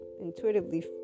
intuitively